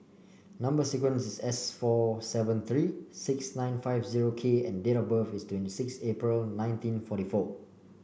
number sequence is S four seven three six nine five zero K and date of birth is twenty six April nineteen forty four